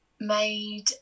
made